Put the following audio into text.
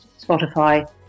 Spotify